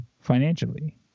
financially